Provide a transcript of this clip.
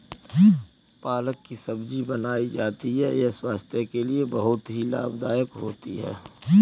पालक की सब्जी बनाई जाती है यह स्वास्थ्य के लिए बहुत ही लाभदायक होती है